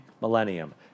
millennium